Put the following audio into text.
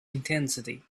intensity